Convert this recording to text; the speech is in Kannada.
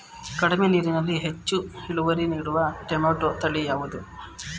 ಕಡಿಮೆ ನೀರಿನಲ್ಲಿ ಹೆಚ್ಚು ಇಳುವರಿ ನೀಡುವ ಟೊಮ್ಯಾಟೋ ತಳಿ ಯಾವುದು?